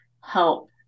help